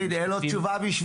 דוד, זה לא תשובה בשבילי.